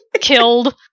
killed